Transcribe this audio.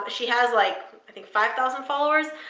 she has, like i think, five thousand followers,